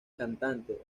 cantante